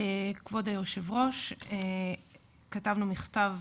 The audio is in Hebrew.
כבוד היושב ראש, כתבנו מכתב